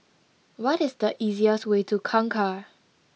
what is the easiest way to Kangkar